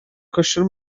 cwestiwn